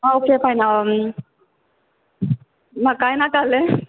आं okay fine हांव ना कांय नाक आहलें